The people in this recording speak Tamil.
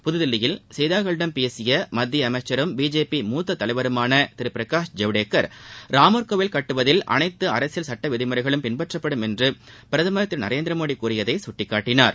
புதுதில்லியில் செய்தியாளர்களிடம் பேசிய மத்திய அமைச்சரும் பிஜேபி மூத்த தலைவருமான திரு பிரகாஷ் ஜவ்டேகர் ராமர் கோவில் கட்டுவதில் அனைத்து அரசியல் சட்ட விதிமுறைகள் பின்பற்றப்படும் என்று பிரதமர் திரு நரேந்திரமோடி கூறியதை சுட்டிக்காட்டினார்